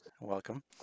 Welcome